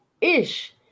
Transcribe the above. ish